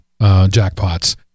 jackpots